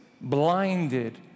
Blinded